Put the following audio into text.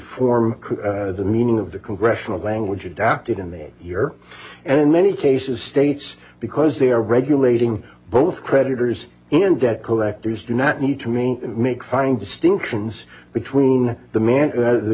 form the meaning of the congressional language adapted in the year and many cases states because they are regulating both creditors in debt collectors do not need to me make fine distinctions between the man the